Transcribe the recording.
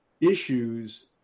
issues